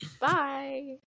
Bye